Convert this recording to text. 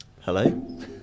Hello